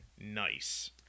nice